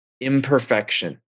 imperfection